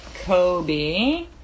Kobe